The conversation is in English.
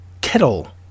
kettle